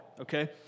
okay